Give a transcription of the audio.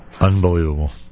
Unbelievable